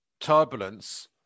turbulence